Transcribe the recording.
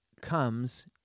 comes